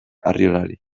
arriolari